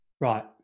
right